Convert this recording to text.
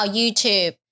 YouTube 。